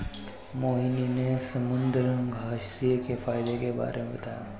मोहिनी ने समुद्रघास्य के फ़ायदे के बारे में बताया